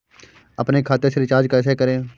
अपने खाते से रिचार्ज कैसे करें?